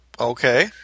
Okay